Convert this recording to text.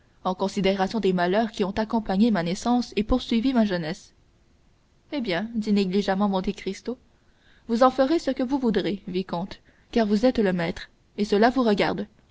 en considération des malheurs qui ont accompagné ma naissance et poursuivi ma jeunesse eh bien dit négligemment monte cristo vous en ferez ce que vous voudrez vicomte car vous êtes le maître et cela vous regarde